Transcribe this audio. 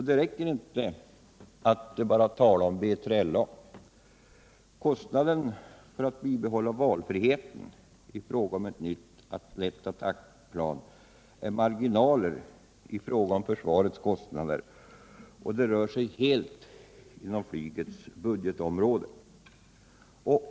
Det räcker inte att bara tala om B3LA. Kostnaderna för att bibehålla valfriheten i fråga om ett nytt lätt attackplan är marginaler i försvarets kostnader och rör sig helt inom flygets budgetområde.